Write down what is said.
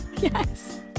Yes